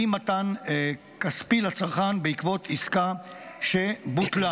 אי-מתן, כספי לצרכן בעקבות עסקה שבוטלה.